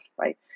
right